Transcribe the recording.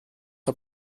der